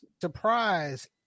surprise